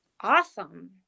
Awesome